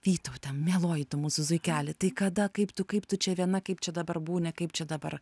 vytaute mieloji tu mūsų zuikeli tai kada kaip tu kaip tu čia viena kaip čia dabar būni kaip čia dabar